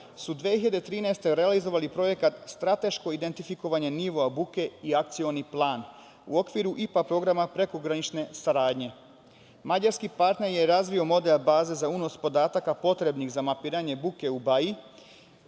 su 2013. godine realizovali projekata „Strateško identifikovanje nivoa buke“ i „Akcioni plan“, u okviru IPA programa prekogranične saradnje. Mađarski partner je razvio model baze za unos podataka potrebnih za mapiranje buke u Baji